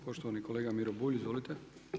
Poštovani kolega Miro Bulj, izvolite.